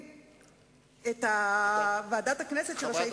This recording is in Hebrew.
השותף הטבעי של ביבי הוא נתניהו, לא אף אחד אחר.